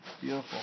Beautiful